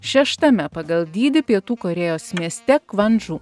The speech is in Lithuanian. šeštame pagal dydį pietų korėjos mieste kvandžu